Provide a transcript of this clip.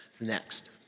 next